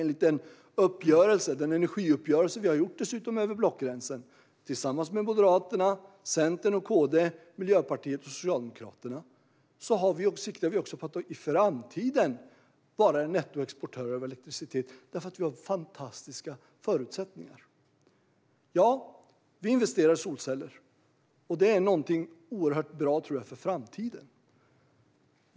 Enligt energiuppgörelsen som har ingåtts över blockgränsen - Moderaterna, Centern, KD, Miljöpartiet och Socialdemokraterna - siktar Sverige på att i framtiden vara en nettoexportör av elektricitet. Det finns fantastiska förutsättningar för det. Ja, vi investerar i solceller. Det är någonting oerhört bra, tror jag, för framtiden.